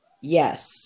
Yes